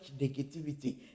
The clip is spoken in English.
negativity